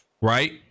right